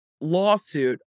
lawsuit